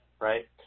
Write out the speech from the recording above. right